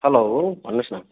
hello भन्नुहोस् न